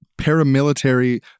paramilitary